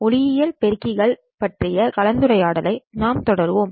ஒளியியல் பெருக்கிகள் பற்றிய கலந்துரையாடலை நாம் தொடருவோம்